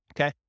okay